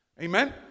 Amen